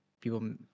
people